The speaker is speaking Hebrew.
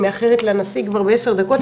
אני מאחרת לנשיא בעשר דקות,